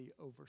over